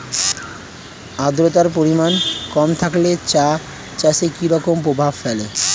আদ্রতার পরিমাণ কম থাকলে চা চাষে কি রকম প্রভাব ফেলে?